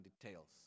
details